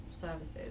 services